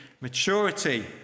maturity